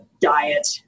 diet